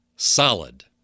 solid